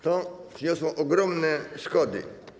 To przyniosło ogromne szkody.